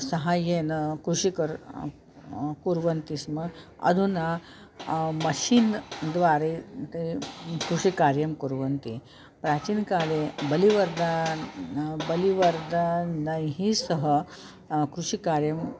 साहाय्येन कृषिकर्मं कुर्वन्ति स्म अधुना मशीन्द्वारा ते कृषिकार्यं कुर्वन्ति प्राचीनकाले बलिवर्दा बलिवर्दैः सह कृषिकार्यम्